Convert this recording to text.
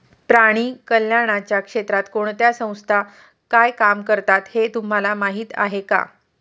प्राणी कल्याणाच्या क्षेत्रात कोणत्या संस्था काय काम करतात हे तुम्हाला माहीत आहे का?